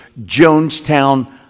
Jonestown